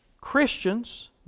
Christians